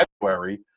February